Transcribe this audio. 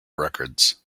records